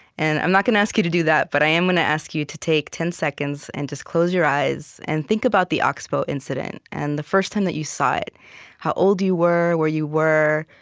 and i'm not gonna ask you to do that, but i am gonna ask you to take ten seconds and just close your eyes and think about the ox-bow incident and the first time that you saw it how old you were, where you were,